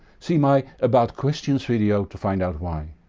see my about questions video to find out why.